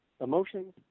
emotions